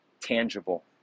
tangible